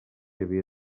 havia